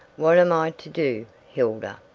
what am i to do, hilda?